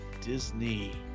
Disney